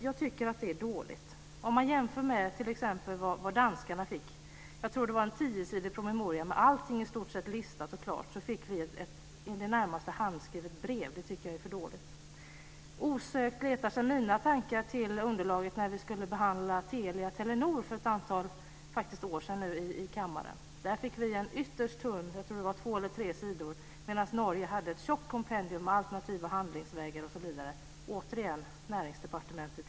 Jag tycker att det är dåligt. Man kan jämföra med vad t.ex. danskarna fick. Jag tror att det var en tiosidig promemoria med i stort sett allting listat och klart, medan vi fick ett i det närmaste handskrivet brev. Jag tycker att det är för dåligt. Osökt letar sig mina tankar till underlaget när vi i kammaren skulle behandla Telia-Telenor för ett antal år sedan. Vi fick då en ytterst tunn skrift, på två eller tre sidor, medan Norge hade ett tjockt kompendium, med alternativa handlingsvägar osv. Det var återigen Näringsdepartementet.